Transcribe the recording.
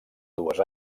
dues